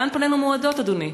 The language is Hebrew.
לאן פנינו מועדות, אדוני?